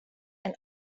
and